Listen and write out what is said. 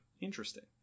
Interesting